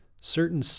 certain